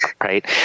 right